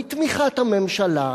בתמיכת הממשלה,